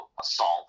assault